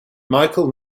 michael